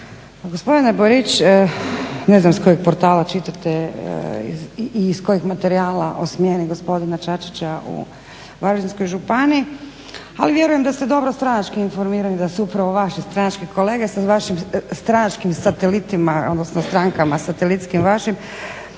Gospodine Borić, ne znam s kojeg portala čitate i iz kojeg materijala o smjeni gospodina Čačića u Varaždinskoj županiji, ali vjerujem da ste dobro stranački informirani, da su upravo vaši stranački kolege sa vašim stranačkim satelitima odnosno strankama satelitskim vašim